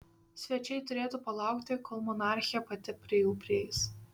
svečiai turėtų palaukti kol monarchė pati prie jų prieis